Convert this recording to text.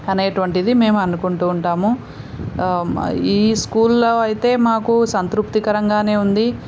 అనేటటువంటిది మేము అనుకుంటు ఉంటాము ఈ స్కూల్లో అయితే మాకు సంతృప్తికరంగా ఉంది